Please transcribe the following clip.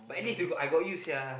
at least we got I got use ya